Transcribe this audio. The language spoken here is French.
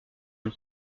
une